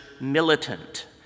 militant